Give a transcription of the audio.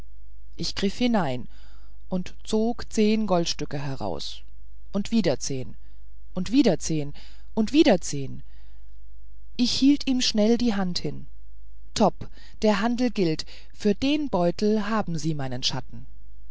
ich griff hinein und zog zehn goldstücke daraus und wieder zehn und wieder zehn und wieder zehn ich hielt ihm schnell die hand hin topp der handel gilt für den beutel haben sie meinen schatten